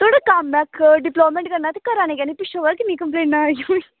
केह्ड़ा कम्म ऐ डेवेल्पमेंट करना ते करा ने केह्ली निं पिच्छुआं पता निं किन्नियां कम्पलेनां आवा दियां